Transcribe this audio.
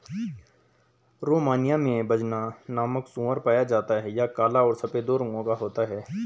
Romania में बजना नामक सूअर पाया जाता है यह काला और सफेद दो रंगो का होता है